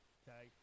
okay